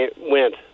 went